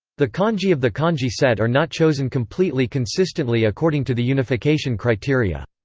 the kanji of the kanji set are not chosen completely consistently according to the unification criteria.